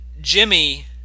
Jimmy